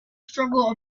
struggle